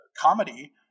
comedy